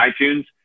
iTunes